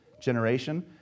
generation